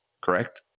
correct